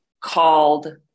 called